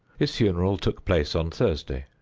his funeral took place on thursday.